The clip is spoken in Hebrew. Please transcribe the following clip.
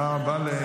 נעבור לנושא הבא,